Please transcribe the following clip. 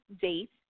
date